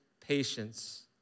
patience